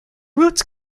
roots